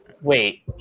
wait